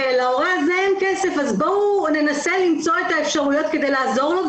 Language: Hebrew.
ולהורה הזה אין כסף אז בואו ננסה למצוא את האפשרויות כדי לעזור לו.